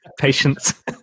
patience